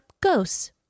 ghosts